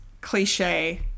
cliche